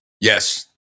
Yes